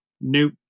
nope